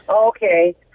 Okay